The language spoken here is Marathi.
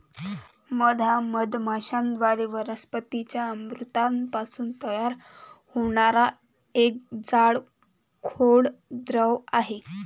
मध हा मधमाश्यांद्वारे वनस्पतीं च्या अमृतापासून तयार होणारा एक जाड, गोड द्रव आहे